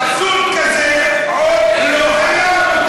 אבסורד כזה עוד לא היה,